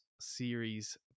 series